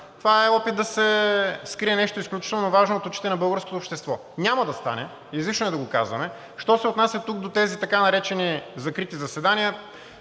това е опит да се скрие нещо изключително важно от очите на българското общество. Няма да стане, излишно e да го казваме. Що се отнася тук до тези така наречени закрити заседания.